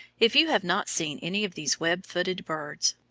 if you have not seen any of these web-footed birds,